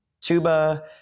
tuba